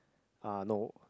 uh no